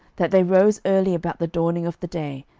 that they rose early about the dawning of the day,